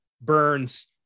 burns